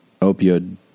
opioid